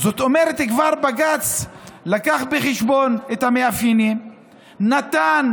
זאת אומרת, בג"ץ כבר לקח בחשבון את המאפיינים ונתן